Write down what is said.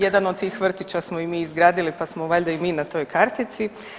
Jedan od tih vrtića smo i mi izgradili, pa smo valjda i mi na toj kartici.